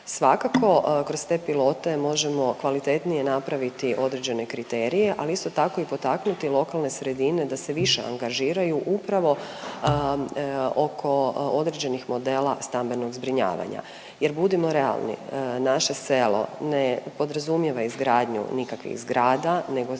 Svakako kroz te pilote možemo kvalitetnije napraviti određene kriterije, ali isto tako i potaknuti lokalne sredine da se više angažiraju upravo oko određenih modela stambenog zbrinjavanja, jer budimo realni, naše selo ne podrazumijeva izgradnju nikakvih zgrada nego